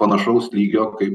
panašaus lygio kaip